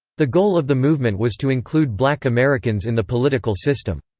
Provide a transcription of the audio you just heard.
the goal of the movement was to include black americans in the political system.